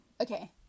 Okay